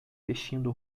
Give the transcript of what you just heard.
vestindo